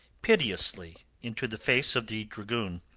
piteously into the face of the dragoon.